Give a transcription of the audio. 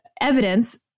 evidence